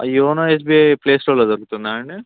YONO SBI play స్టోర్లో దొరుకుతుందా అండి